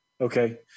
Okay